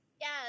Yes